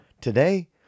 today